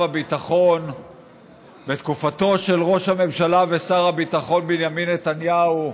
הביטחון בתקופתו של ראש הממשלה ושר הביטחון בנימין נתניהו.